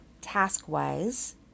task-wise